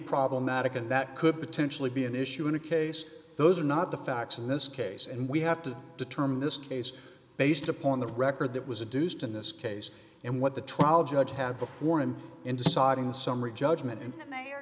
problematic and that could potentially be an issue in a case those are not the facts in this case and we have to determine this case based upon the record that was a deuced in this case and what the trial judge had before and in deciding summary judgment and the mayor